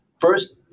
first